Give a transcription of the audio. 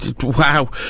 Wow